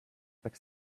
pack